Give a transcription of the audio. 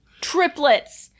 Triplets